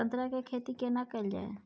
संतरा के खेती केना कैल जाय?